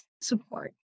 support